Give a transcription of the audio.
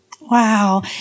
Wow